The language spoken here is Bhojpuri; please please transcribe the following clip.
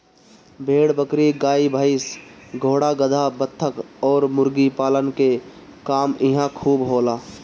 भेड़ बकरी, गाई भइस, घोड़ा गदहा, बतख अउरी मुर्गी पालन के काम इहां खूब होला